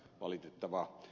valitettavaa